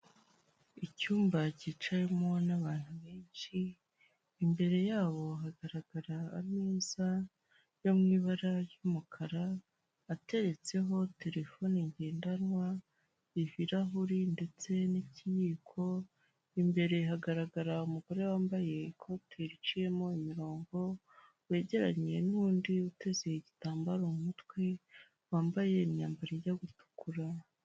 Icyumba cyicawemo n'abantu benshi ,imbere yabo hagaragara ameza yo mu ibara ry'umukara ateretseho terefone ngendanwa ,ibirahuri ndetse n'ikiyiko imbere hagaragara umugore wambaye ikote riciyemo imirongo wegeranye n'undi uteze igitambaro mu mutwe wambaye imyambaro ijya gutukura.